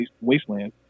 Wasteland